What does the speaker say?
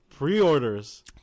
Pre-orders